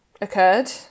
occurred